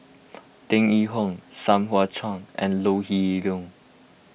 Tan Yee Hong Sai Hua Kuan and Ho Lee Ling